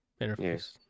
interface